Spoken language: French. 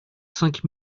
cinq